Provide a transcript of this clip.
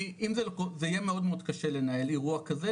זה יהיה מאוד קשה לנהל אירוע כזה,